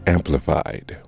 Amplified